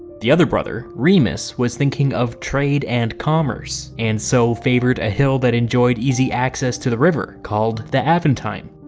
the other brother, remus, was thinking of trade and commerce, and so favoured a hill that enjoyed easy access to the river called the aventine.